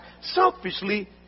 selfishly